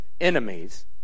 enemies